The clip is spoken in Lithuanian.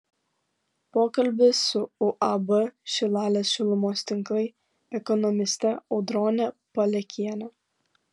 pokalbis su uab šilalės šilumos tinklai ekonomiste audrone palekiene